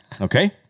Okay